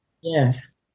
Yes